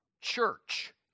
Church